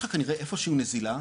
יש לך כנראה איפה שהוא נזילה,